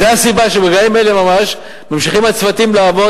זו הסיבה שברגעים אלה ממש ממשיכים הצוותים לעבוד,